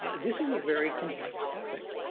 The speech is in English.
this is a very complex topic.